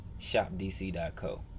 shopdc.co